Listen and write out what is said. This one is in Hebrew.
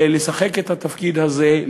לשחק את התפקיד הזה,